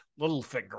Littlefinger